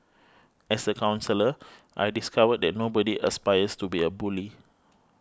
as a counsellor I discovered that nobody aspires to be a bully